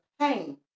pain